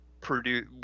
produce